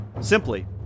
simply